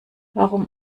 warum